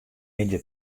middei